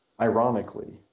ironically